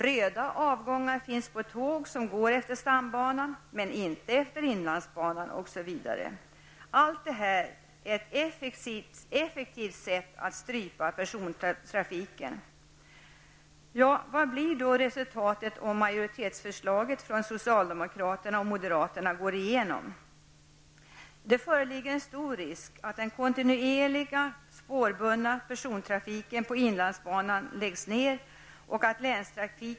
Röda avgångar finns på tåg som går efter stambanan men inte efter inlandsbanan, osv. Allt detta innebär ett effektivt sätt att strypa persontrafiken. Vad blir då resultatet om majoritetsförslaget från socialdemokraterna och moderaterna går igenom?